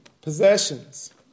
possessions